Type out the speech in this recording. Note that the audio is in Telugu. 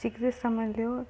చికిత్స సమయంలో